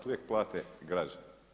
Uvijek plate građani.